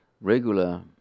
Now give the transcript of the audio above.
regular